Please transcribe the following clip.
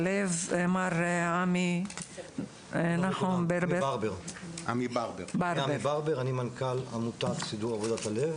עמי נחום ברבר, מנכ"ל עמותת סידור הלב,